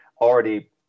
already